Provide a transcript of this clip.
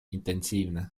intensiivne